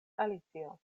alicio